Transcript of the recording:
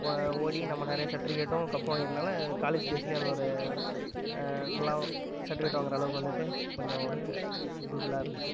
ஓ ஓடி நம்ம நிறையா சர்ட்டிவிகேட்டும் கப்பும் வாங்கியிருந்தாலும் காலேஜ் டேஸ்லியும் அது ஒரு நல்லா சர்ட்டிவிகேட் வாங்குற அளவுக்கு வந்துட்டு கொஞ்சம் ஒரு ஃபுல்ஃபில்லாக இருந்துச்சு